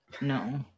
No